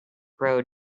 road